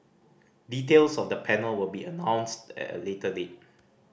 details of the panel will be announced at a later date